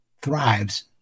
thrives